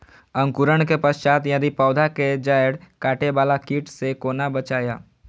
अंकुरण के पश्चात यदि पोधा के जैड़ काटे बाला कीट से कोना बचाया?